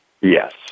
Yes